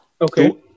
okay